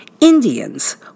Indians